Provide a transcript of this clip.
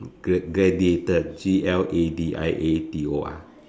gladiator G L A D I A T O R